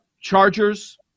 Chargers